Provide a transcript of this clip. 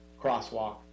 crosswalk